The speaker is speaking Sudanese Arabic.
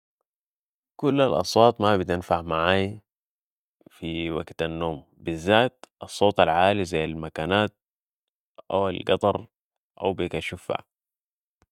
كل الأصوات ما بتنفع معاي في وكت النوم بذات الصوت العالي زي المكنات أو القطر أو بكى الشفع